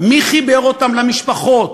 מי חיבר אותם למשפחות,